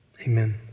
Amen